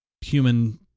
human